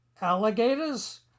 Alligators